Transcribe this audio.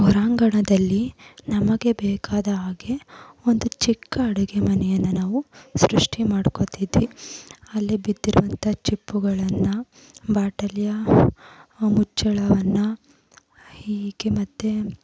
ಹೊರಾಂಗಣದಲ್ಲಿ ನಮಗೆ ಬೇಕಾದ ಹಾಗೆ ಒಂದು ಚಿಕ್ಕ ಅಡುಗೆ ಮನೆಯನ್ನು ನಾವು ಸೃಷ್ಟಿ ಮಾಡ್ಕೋತಿದ್ವಿ ಅಲ್ಲಿ ಬಿದ್ದಿರುವಂಥ ಚಿಪ್ಪುಗಳನ್ನು ಬಾಟಲಿಯ ಮುಚ್ಚುಳವನ್ನು ಹೀಗೆ ಮತ್ತೆ